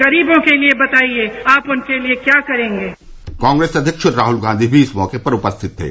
गरीबो के लिए बताईये कि आप उनके लिए क्या करेंगे कांग्रेस अध्यक्ष राहुल गांधी भी इस मौके पर उपस्थित थे